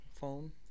phone